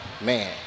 man